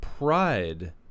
Pride